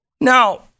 Now